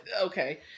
okay